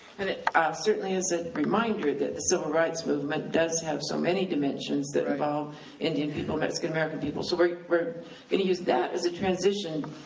and it certainly is reminder that the civil rights movement does have so many dimensions that involve indian people, mexican american people. so we're we're gonna use that as a transition,